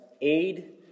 aid